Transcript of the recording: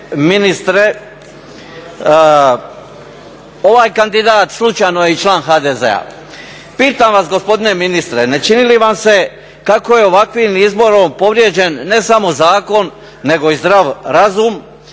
ministre ovaj kandidat slučajno je i član HDZ-a. Pitam vas gospodine ministre ne čini li vam se kako je ovakvim izborom povrijeđen ne samo zakon nego i zdrav razum